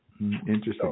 Interesting